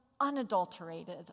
unadulterated